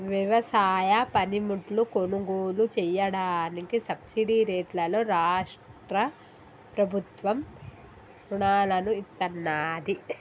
వ్యవసాయ పనిముట్లు కొనుగోలు చెయ్యడానికి సబ్సిడీ రేట్లలో రాష్ట్ర ప్రభుత్వం రుణాలను ఇత్తన్నాది